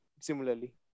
similarly